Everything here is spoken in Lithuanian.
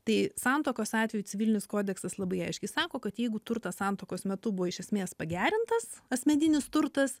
tai santuokos atveju civilinis kodeksas labai aiškiai sako kad jeigu turtas santuokos metu buvo iš esmės pagerintas asmeninis turtas